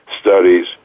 studies